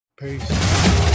Peace